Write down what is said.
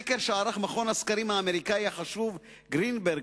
סקר שערך מכון הסקרים האמריקני החשוב "גרינברג-קווינלן-רוזנר",